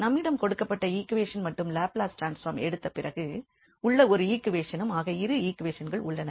நம்மிடம் கொடுக்கப்பட்ட ஈக்வேஷன் மற்றும் லாப்லஸ் ட்ரான்ஸ்பார்ம் எடுத்த பிறகு உள்ள ஒரு ஈக்வேஷனும் ஆக இரு ஈக்வேஷன்கள் உள்ளன